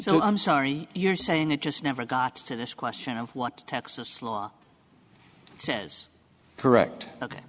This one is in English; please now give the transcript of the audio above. so i'm sorry you're saying it just never got to this question of what texas law says correct o